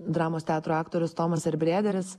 dramos teatro aktorius tomas erbrėderis